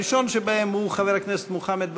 הראשון שבהם הוא חבר הכנסת מוחמד ברכה,